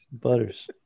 Butters